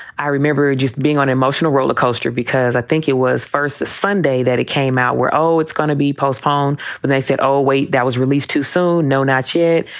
i remember just being on emotional rollercoaster because i think it was first sunday that it came out where, oh, it's going to be postpone. but they said, oh, wait, that was released too. so no, not yet.